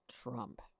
Trump